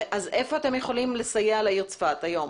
היכן אתם יכולים לסייע היום לעיר צפת?